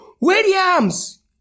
Williams